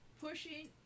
pushing